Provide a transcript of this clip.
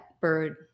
bird